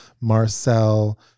Marcel